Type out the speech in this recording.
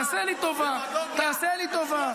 תעשה לי טובה, תעשה לי טובה.